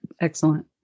Excellent